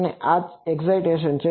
અને આ એક્સાઈટેસન છે